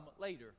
later